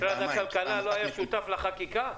משרד הכלכלה לא היה שותף לחקיקה?